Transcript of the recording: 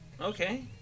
Okay